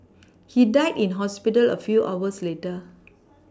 he died in hospital a few hours later